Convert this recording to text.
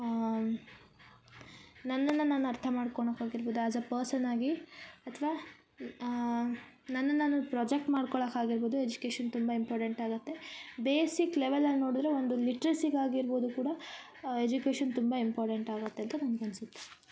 ನನ್ನನ್ನ ನಾನು ಅರ್ಥ ಮಾಡ್ಕೊಳಕ್ ಆಗಿರ್ಬೋದು ಆ್ಯಸ್ ಅ ಪರ್ಸನ್ ಆಗಿ ಅಥ್ವ ನನ್ನ ನಾನು ಪ್ರೊಜೆಕ್ಟ್ ಮಾಡ್ಕೊಳ್ಳಾಕ ಆಗಿರ್ಬೋದು ಎಜುಕೇಶನ್ ತುಂಬ ಇಂಪಾರ್ಟೆಂಟ್ ಆಗತ್ತೆ ಬೇಸಿಕ್ ಲೆವೆಲಲ್ಲಿ ನೋಡದ್ರೆ ಒಂದು ಲಿಟ್ರೆಸಿಗ ಆಗಿರ್ಬೋದು ಕೂಡ ಎಜುಕೇಶನ್ ತುಂಬ ಇಂಪಾರ್ಟೆಂಟ್ ಆಗತ್ತೆ ಅಂತ ನನ್ಗ ಅನ್ಸತ್ತೆ